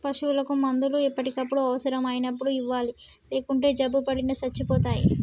పశువులకు మందులు ఎప్పటికప్పుడు అవసరం అయినప్పుడు ఇవ్వాలి లేకుంటే జబ్బుపడి సచ్చిపోతాయి